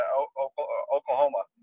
oklahoma